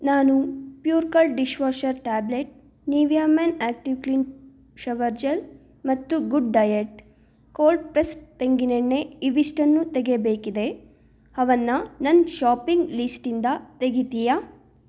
ನಾನು ಪ್ಯೂರ್ಕಲ್ dish washer tablet Nivea men active clean shower gel ಮತ್ತು ಗುಡ್ ಡಯೆಟ್ ಕೋಲ್ಡ್ ಪ್ರೆಸ್ ತೆಂಗಿನೆಣ್ಣೆ ಇವಿಷ್ಟನ್ನೂ ತೆಗೆಬೇಕಿದೆ ಅವನ್ನು ನನ್ನ ಶೊಪಿಂಗ್ ಲಿಸ್ಟಿಂದ ತೆಗಿತೀಯಾ